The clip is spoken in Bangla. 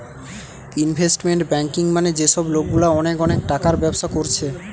ইনভেস্টমেন্ট ব্যাঙ্কিং মানে যে সব লোকগুলা অনেক অনেক টাকার ব্যবসা কোরছে